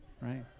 right